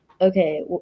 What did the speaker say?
Okay